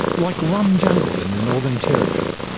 like rum jungle in the northern territory,